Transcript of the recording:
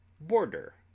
border